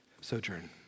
sojourn